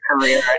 career